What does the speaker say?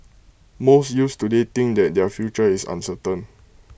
most youths today think that their future is uncertain